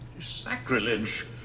Sacrilege